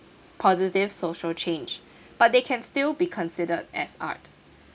positive social change but they can still be considered as art